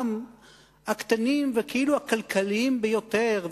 גם הקטנים והכאילו-כלכליים ביותר,